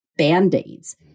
Band-aids